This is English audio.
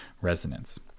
resonance